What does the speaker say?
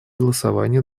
голосования